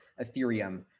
Ethereum